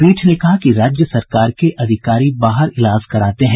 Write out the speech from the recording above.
पीठ ने कहा कि राज्य सरकार के अधिकारी बाहर इलाज कराते हैं